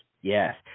Yes